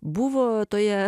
buvo toje